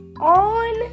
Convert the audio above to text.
on